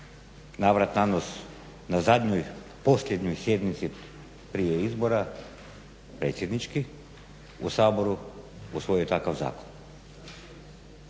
navrat nanos na zadnjoj, posljednjoj sjednici prije izbora, predsjedničkih u Saboru usvojio takav zakon,